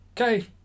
Okay